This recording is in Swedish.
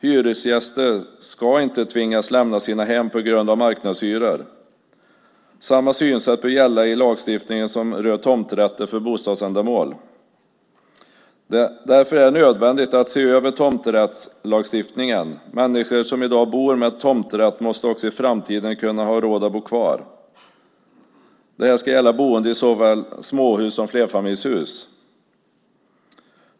Hyresgäster ska inte tvingas lämna sina hem på grund av marknadshyror. Samma synsätt bör gälla i lagstiftningen som rör tomträtter för bostadsändamål. Därför är det nödvändigt att se över tomträttslagstiftningen. Människor som i dag bor med tomträtt måste också i framtiden kunna ha råd att bo kvar. Det ska gälla boende i såväl småhus som flerfamiljshus.